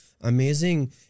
amazing